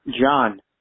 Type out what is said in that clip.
John